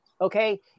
okay